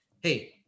hey